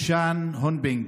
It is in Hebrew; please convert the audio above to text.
צ'ן הונבינג,